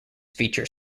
feature